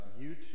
YouTube